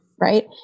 right